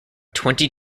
twenty